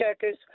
checkers